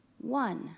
one